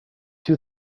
two